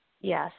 Yes